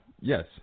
Yes